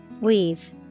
Weave